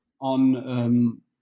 on